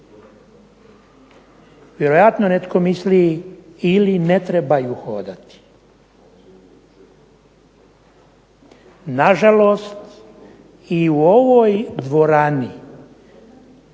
Vjerojatno netko misli ili ne trebaju hodati. Na žalost i u ovoj dvorani